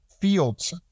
fields